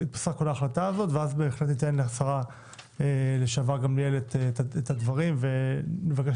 לדבר ואז אתן לשרה גמליאל לומר דברים ונבקש